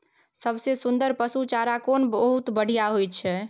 सबसे सुन्दर पसु चारा कोन बहुत बढियां होय इ?